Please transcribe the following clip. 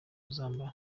kuzambara